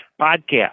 podcast